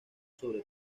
sobre